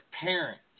parents